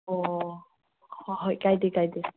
ꯑꯣ ꯍꯣꯏ ꯍꯣꯏ ꯀꯥꯏꯗꯦ ꯀꯥꯏꯗꯦ